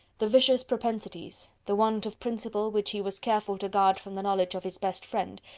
the vicious propensities the want of principle, which he was careful to guard from the knowledge of his best friend,